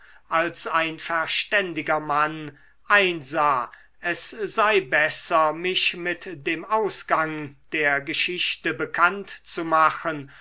als ein verständiger mann einsah es sei besser mich mit dem ausgang der geschichte bekannt zu machen